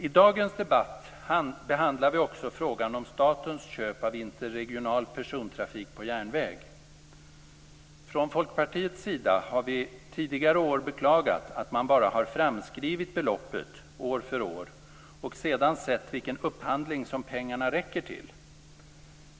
I dagens debatt behandlar vi också frågan om statens köp av interregional persontrafik på järnväg. Från Folkpartiets sida har vi tidigare år beklagat att man bara har framskrivit beloppet år för år och sedan sett vilken upphandling som pengarna räcker till.